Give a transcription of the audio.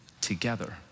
together